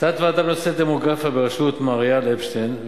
תת-ועדה בנושא דמוגרפיה בראשות מר אייל אפשטיין,